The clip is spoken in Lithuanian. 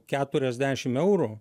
keturiasdešim eurų